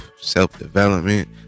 self-development